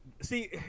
See